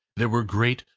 there were great,